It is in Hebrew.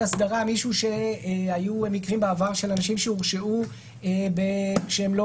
אסדרה במקרים של אנשים שהורשעו בעבר כשקיבלו